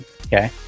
okay